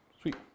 Sweet